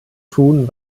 tun